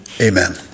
Amen